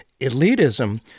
elitism